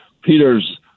Peter's